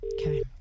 Okay